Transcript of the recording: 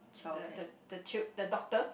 the the the ch~ the doctor